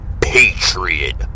Patriot